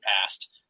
past